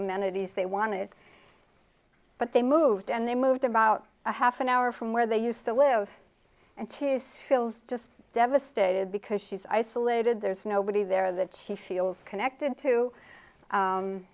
amenities they wanted but they moved and they moved about a half an hour from where they used to live and she is feels just devastated because she's isolated there's nobody there that she feels connected to